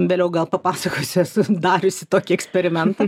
vėliau gal papasakosiu esu dariusi tokį eksperimentą